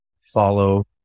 follow